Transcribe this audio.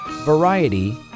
Variety